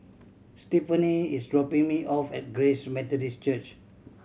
Stefani is dropping me off at Grace Methodist Church